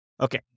Okay